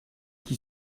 qui